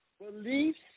Beliefs